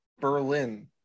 Berlin